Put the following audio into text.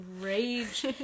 rage